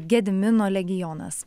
gedimino legionas